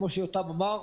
כמו שיותם אמר,